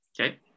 Okay